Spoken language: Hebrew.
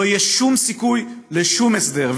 לא יהיה שום סיכוי לשום הסדר.